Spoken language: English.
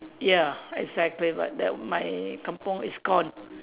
ya exactly but that my kampung is gone